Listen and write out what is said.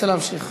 ננסה להמשיך.